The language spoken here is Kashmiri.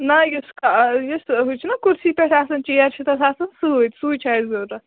نہَ یُس یُس ہُہ چھُنا کُرسی پٮ۪ٹھ آسان چیر چھِ تَتھ آسان سۭتۍ سُے چھُ اَسہِ ضروٗرت